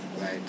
right